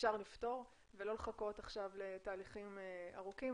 שאפשר לפתור ולא לחכות עכשיו לתהליכים ארוכים,